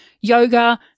yoga